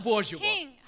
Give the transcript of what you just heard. king